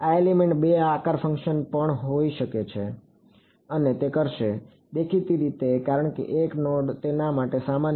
આ એલિમેન્ટમાં બે આકારના ફંકશન પણ હશે અને તે કરશે દેખીતી રીતે કારણ કે 1 નોડ તેના માટે સામાન્ય છે